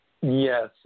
Yes